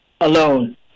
alone